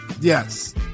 Yes